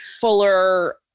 fuller